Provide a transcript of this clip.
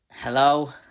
Hello